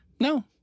No